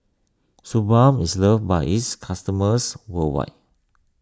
Suu Balm is loved by its customers worldwide